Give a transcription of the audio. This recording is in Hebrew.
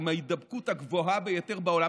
עם ההידבקות הגבוהה ביותר בעולם,